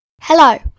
Hello